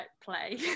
play